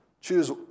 choose